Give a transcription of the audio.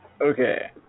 Okay